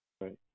Right